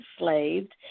enslaved